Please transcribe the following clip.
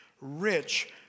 rich